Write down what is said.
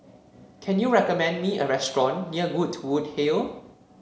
can you recommend me a restaurant near Goodwood Hill